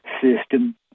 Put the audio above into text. system